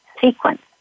sequence